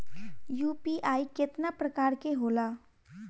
UPI केतना प्रकार के होला?